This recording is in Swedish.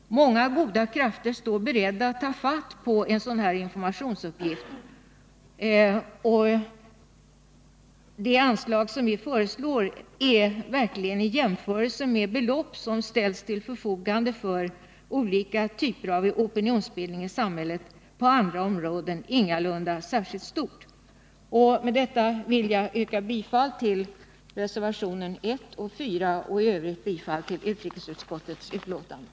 Många goda krafter står beredda att ta fatt i en sådan informationsuppgift. Och det anslag som vi föreslår är verkligen, i jämförelse med de belopp som ställs till förfogande för olika typer av opinionsbildning i samhället på andra områden, ingalunda särskilt stort. Med detta vill jag yrka bifall till reservationerna 1 och 4 och i övrigt bifall till utrikesutskottets hemställan.